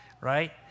right